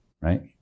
right